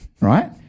right